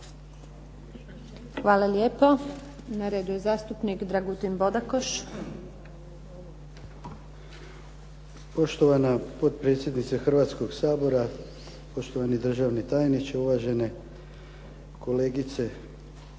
Hvala lijepo. Na redu je zastupnik Dragutin Bodakoš.